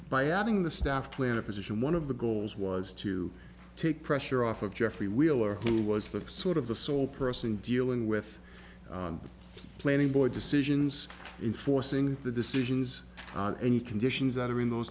by adding the staff planner position one of the goals was to take pressure off of geoffrey wheeler who was the sort of the sole person dealing with planning board decisions in forcing the decisions on any conditions that are in those